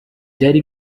byari